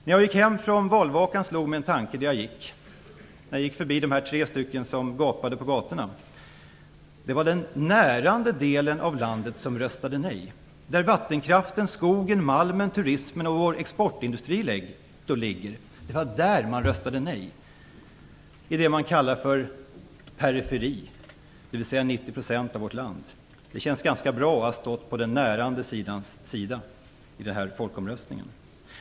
När jag gick hem från valvakan slog mig en tanke där jag gick förbi de där tre som gapade på gatorna: Det var den närande delen av landet som röstade nej. Där vattenkraften, skogen, malmen, turismen och vår exportindustri ligger röstade man nej, i det som kallas periferi, dvs. 90 % av vårt land. Det känns bra att ha stått på den närande delens sida i folkomröstningen.